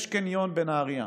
יש קניון בנהריה.